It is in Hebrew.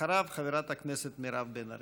אחריו, חברת הכנסת מירב בן ארי.